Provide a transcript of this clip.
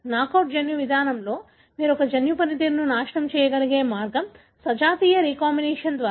knockout జన్యు విధానంలో మీరు ఒక జన్యు పనితీరును నాశనం చేయగలిగే మార్గం సజాతీయ రీకంబినేషన్ ద్వారా